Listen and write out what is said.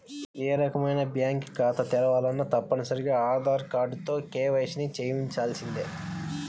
ఏ రకమైన బ్యేంకు ఖాతా తెరవాలన్నా తప్పనిసరిగా ఆధార్ కార్డుతో కేవైసీని చెయ్యించాల్సిందే